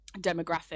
demographic